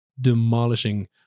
demolishing